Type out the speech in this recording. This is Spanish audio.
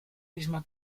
mismo